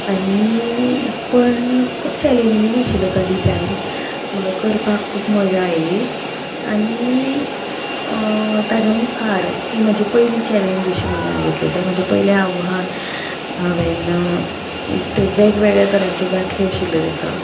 आनी पण खूब चॅलेंजींग आशिल्लो तो डिझायन म्हाका करपाक खूप मजा आयली आनी ताज्या मुखार ती म्हजी पयली चॅलेंज अशें म्हणून हांवें घेतलें तें म्हजें पयलें आव्हान हांवें ते वेगवेगळ्या तरांच्यो गाठी आशिल्ल्यो तेका